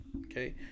Okay